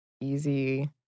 easy